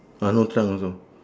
ah no trunk also